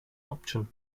option